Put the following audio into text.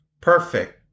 perfect